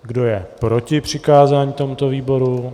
Kdo je proti přikázání tomuto výboru?